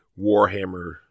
Warhammer